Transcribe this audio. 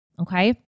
okay